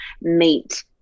meet